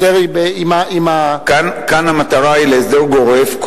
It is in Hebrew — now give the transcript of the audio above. כאן המטרה היא הסדר גורף,